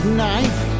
knife